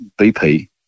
bp